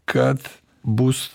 kad bus